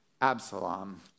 Absalom